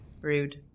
Rude